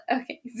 Okay